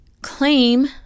claim